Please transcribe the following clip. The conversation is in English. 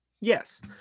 Yes